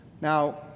Now